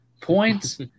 points